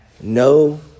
no